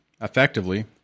effectively